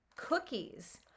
cookies